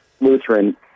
Lutheran